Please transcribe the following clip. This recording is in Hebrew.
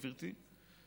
גברתי,